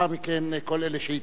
לאחר מכן את כל אלה שהתווספו.